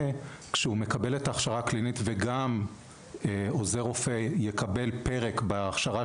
כשהוא מקבל את ההכשרה הקלינית וגם עוזר רופא יקבל פרק בהכשרה